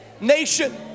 nation